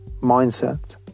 mindset